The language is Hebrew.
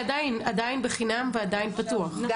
אבל זה עדיין בחינם ועדיין פתוח.